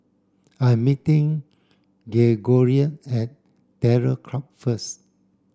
I'm meeting Gregorio at Terror Club first